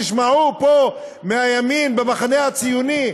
תשמעו פה מהימין במחנה הציוני,